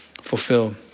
fulfilled